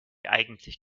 eigentlich